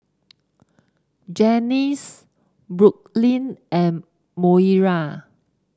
Janice Brooklyn and Moira